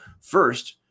first